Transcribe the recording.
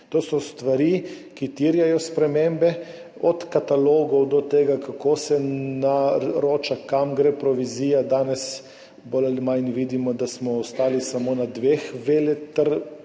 To so stvari, ki terjajo spremembe, od katalogov do tega, kako se naroča, kam gre provizija. Danes bolj ali manj vidimo, da smo v Sloveniji ostali samo na dveh veletrgovcih,